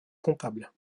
comptable